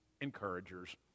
encouragers